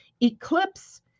eclipse